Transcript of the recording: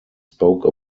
spoke